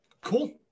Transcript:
Cool